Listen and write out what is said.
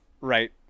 right